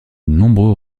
nombreux